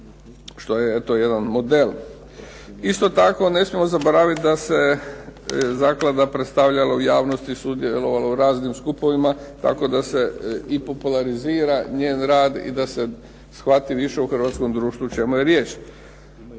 što je jedan model. Isto tako ne smijemo zaboraviti da se zaklada predstavljala u javnosti, sudjelovala u raznim skupovima. Tako da se i popularizira njen rad i da se shvati više u hrvatskom društvu o čemu je riječ.